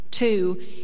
Two